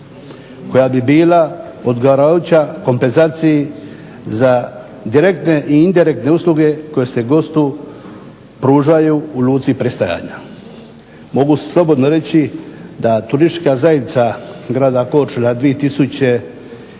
koja bi bila odgovarajuća kompenzaciji za direktne i indirektne usluge koje se gostu pružaju u luci pristajanja. Mogu slobodno reći da turistička zajednica grada Korčula 2008.